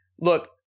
Look